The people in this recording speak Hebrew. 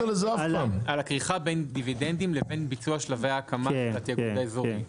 על הכריכה בין דיבידנדים לבין ביצוע שלבי ההקמה של התאגוד האזורי,